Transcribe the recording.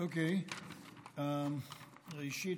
ראשית,